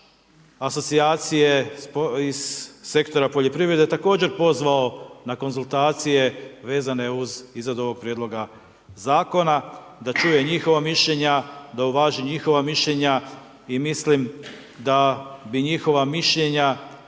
asocijacije iz sektora poljoprivrede također pozvao na konzultacije vezane uz izradu ovog prijedloga zakona, da čuje njihova mišljenja, da uvaži njihova mišljenja i mislim da bi njihova mišljenja